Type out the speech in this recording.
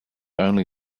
only